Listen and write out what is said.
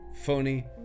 phony